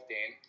Dan